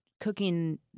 cooking